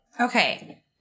Okay